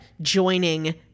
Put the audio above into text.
joining